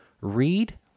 read